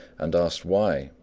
and asked why,